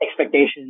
expectations